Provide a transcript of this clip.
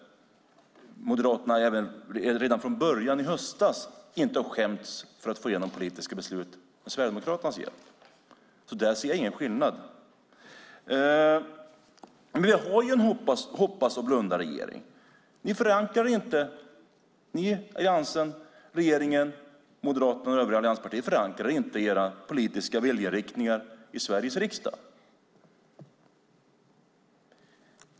Moderaterna har inte skämts för att få igenom politiska beslut med Sverigedemokraternas hjälp. Jag ser ingen skillnad. Vi har en hoppas-och-blunda-regering. Ni i regeringen - Moderaterna och övriga allianspartier - förankrar inte era politiska viljeinriktningar i Sveriges riksdag.